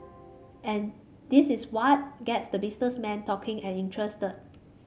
and this is what gets the businessman talking and interested